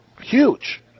Huge